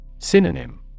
Synonym